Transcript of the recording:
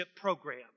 program